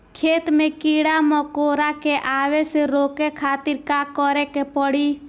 खेत मे कीड़ा मकोरा के आवे से रोके खातिर का करे के पड़ी?